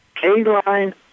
K-Line